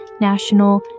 national